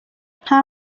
nta